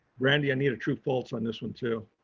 brandi, i need a true false on this one too.